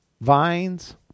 vines